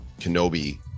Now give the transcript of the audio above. kenobi